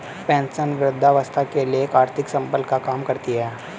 pension वृद्धावस्था के लिए एक आर्थिक संबल का काम करती है